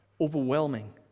overwhelming